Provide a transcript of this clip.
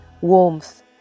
warmth